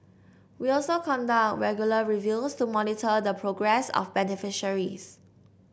we also conduct regular reviews to monitor the progress of beneficiaries